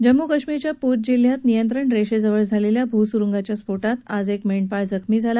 जम्मू काश्मिरच्या पूंछ जिल्ह्यात नियंत्रण रेषेनजिक झालेल्या भूसुरुंगाच्या स्फोठात आज एक मेंढपाळ जखमी झाला